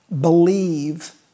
believe